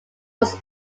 was